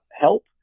help